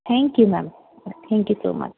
thank you ma'am thank you so much